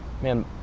man